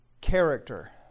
character